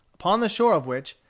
upon the shore of which,